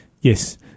Yes